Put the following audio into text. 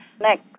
next